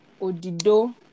odido